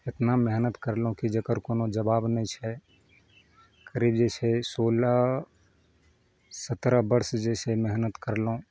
एतना मेहनत करलहुँ कि जेकर कोनो जबाब नहि छै करीब जे छै सोलह सतरह बर्ष जे छै मेहनत करलहुँ